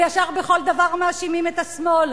וישר בכל דבר מאשימים את השמאל.